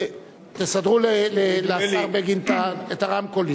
נדמה לי, תסדרו לשר בגין את הרמקולים.